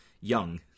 young